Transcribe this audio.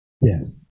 Yes